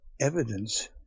evidence